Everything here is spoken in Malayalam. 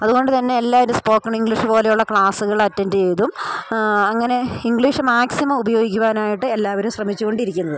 അത്കൊണ്ട് തന്നെ എല്ലാവരും സ്പോക്കൺ ഇംഗ്ലീഷ് പോലെയുള്ള ക്ലാസ്കളറ്റൻഡ് ചെയ്തും ആ അങ്ങനെ ഇംഗ്ലീഷ് മാക്സിമം ഉപയോഗിക്കുവാനായിട്ട് എല്ലാവരും ശ്രമിച്ച് കൊണ്ടിരിക്കുന്നത്